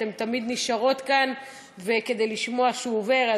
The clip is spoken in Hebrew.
אתן תמיד נשארות כאן כדי לשמוע שהוא עובר.